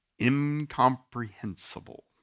Incomprehensible